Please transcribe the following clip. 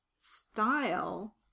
style